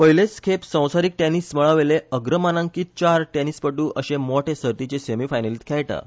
पयलेच खेप संवसारिक टॅनिस मळावेले अग्रमानांकीत चार टॅनिसपट्र अशे मोठे सर्तीचे सेमी फायनलींत खेळटात